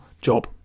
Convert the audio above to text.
job